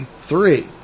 Three